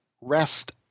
rest